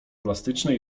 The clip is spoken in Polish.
plastyczne